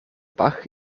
bach